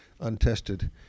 untested